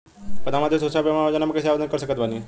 प्रधानमंत्री सुरक्षा बीमा योजना मे कैसे आवेदन कर सकत बानी?